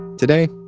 today,